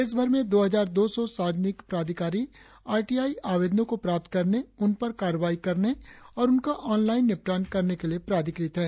देशभर में दो हजार दो सौ सार्वजनिक प्राधिकारी आरटीआई आवेदनों को प्राप्त करने उनपर कार्रवाई करने और उनका ऑनलाइन निपटान करने के लिए प्राधिकृत हैं